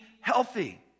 healthy